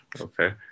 okay